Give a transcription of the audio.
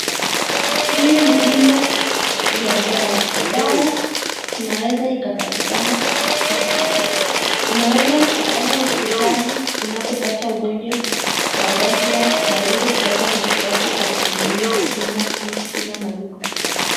Hii ni bima ya dawa dawa inaweza ikapatikana huku unaweza ukaenda hospitali unapopata ugonjwa wa ghafla na uweza kupata matibabu kutumia bima hii bila malipo.